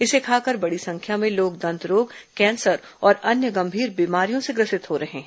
इसे खाकर बड़ी संख्या में लोग दंत रोगों कैंसर और अन्य गंभीर बीमारियों से ग्रसित हो रहे हैं